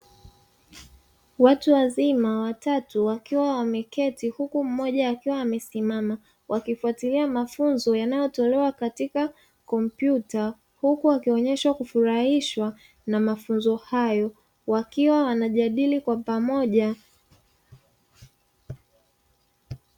Watu wazima watatu wakiwa wameketi huku mmoja akiwa amesimama, wakifuatilia mafunzo yanayotolewa katika kompyuta, huku wakionyeshwa kufurahishwa na mafunzo hayo wakiwa wanajadili kwa pamoja.